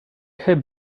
have